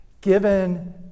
given